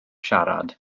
siarad